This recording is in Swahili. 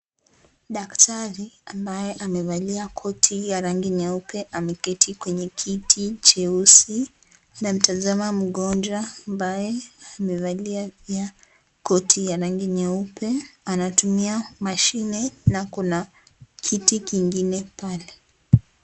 Daktari ambaye amevalia koti ya rangi nyeupe ameketi kwenye kiti jeusi anamtazama mgonjwa ambaye amevalia pia koti ya rangi nyeupe anatumia mashini na kuna kiti kingine pale.